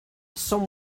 some